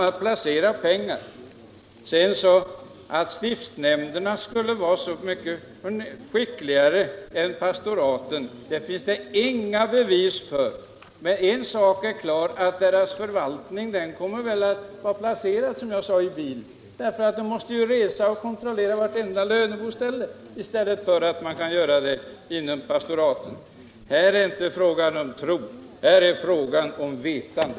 Att stiftsnämnderna skulle vara så mycket skickligare än pastoraten finns det inga bevis för, men en sak är klar: deras förvaltning kommer, som jag sade, att vara placerad i bil, därför att nämndernas experter måste resa omkring och kontrollera vartenda löneboställe i stället för att detta görs inom pastoraten. Här är det inte fråga om tro, här är det fråga om vetande.